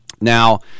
Now